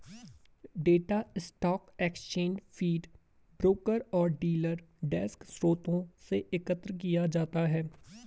data stock exchange feed, broker और dealer desk स्रोतों से एकत्र किया जाता है